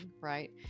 right